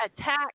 attack